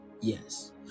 Yes